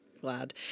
glad